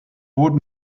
wurden